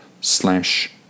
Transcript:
slash